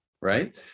Right